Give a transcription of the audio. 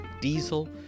diesel